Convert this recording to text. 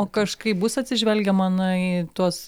o kažkaip bus atsižvelgiama na į tuos